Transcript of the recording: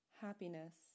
happiness